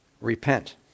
repent